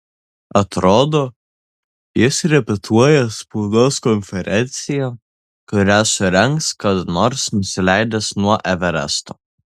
atrodo jis repetuoja spaudos konferenciją kurią surengs kada nors nusileidęs nuo everesto